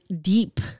deep